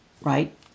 Right